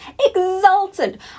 exultant